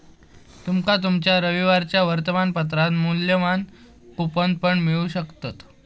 तुमका तुमच्या रविवारच्या वर्तमानपत्रात मुल्यवान कूपन पण मिळू शकतत